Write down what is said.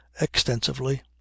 extensively